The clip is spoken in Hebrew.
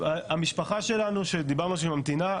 המשפחה שלנו שדיברנו שהיא ממתינה,